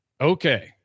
Okay